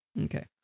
Okay